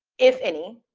if any,